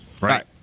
right